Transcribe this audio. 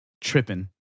tripping